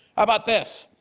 about this?